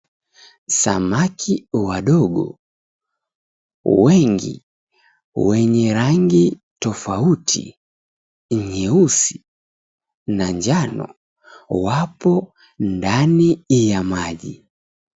Samaki wadogo wengi wenye rangi tofauti nyeusi na njano wapo ndani ya maji.